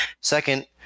Second